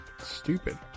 stupid